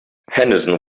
henderson